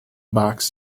box